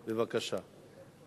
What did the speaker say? בבקשה.